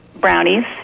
Brownies